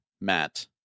Matt